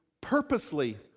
purposely